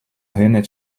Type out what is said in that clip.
гине